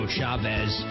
Chavez